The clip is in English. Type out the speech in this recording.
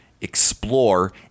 explore